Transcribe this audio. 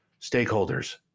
stakeholders